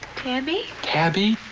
tabby. tabby?